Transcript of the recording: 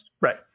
right